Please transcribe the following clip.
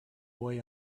boy